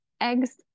eggs